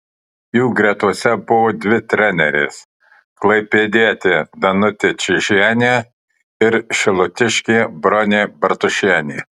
jų gretose buvo dvi trenerės klaipėdietė danutė čyžienė ir šilutiškė bronė bartušienė